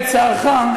לצערך,